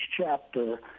chapter